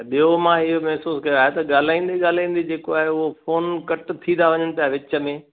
ॿियो मां इहो महिसूसु आहे त ॻाल्हाईंदे ॻाल्हाईंदे जेको आहे उहो फोन कटि थी था वञनि पिया विच में